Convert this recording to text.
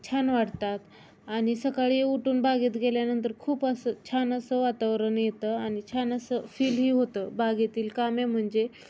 छान वाटतात आणि सकाळी उठून बागेत गेल्यानंतर खूप असं छान असं वातावरण येतं आणि छान असं फीलही होतं बागेतील कामे म्हणजे